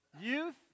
youth